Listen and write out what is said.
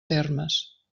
termes